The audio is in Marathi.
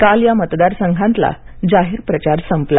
काल या मतदारसंघांतला जाहीर प्रचार संपला